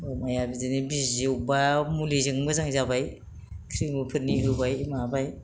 अमाया बिदिनो बिजि बबेबा मुलिजों मोजां जाबाय क्रिमिफोरनि होबाय माबाबाय